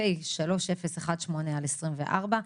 פ/3018/24,